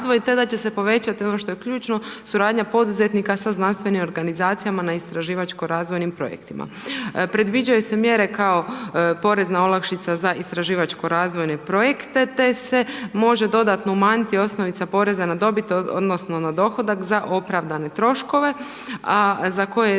te da će se povećati ono što je ključno suradnja poduzetnika sa znanstvenim organizacijama na istraživačko-razvojnim projektima. Predviđaju se mjere kao porezna olakšica za istraživačko-razvojne projekte te se može dodatno umanjiti osnovica poreza na dobit odnosno na dohodak za opravdane troškove, a za koje je